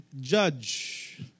judge